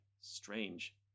Strange